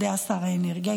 יודע שר האנרגיה,